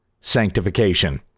sanctification